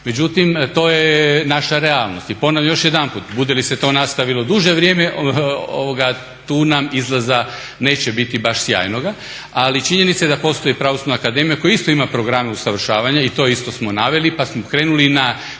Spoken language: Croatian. međutim, to je naša realnost. I ponavljam još jedanput, bude li se to nastavilo duže vrijeme tu nam izlaza neće biti baš sjajnoga. Ali činjenica je da postoji Pravosudna akademija koja isto ima programe usavršavanja i to isto smo naveli pa smo krenuli i